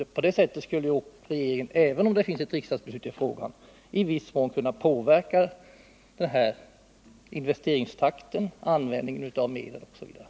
Regeringen skulle ju, även om det finns ett riksdagsbeslut i frågan, i viss mån kunna påverka investeringstakten, användningen av medlen OSV.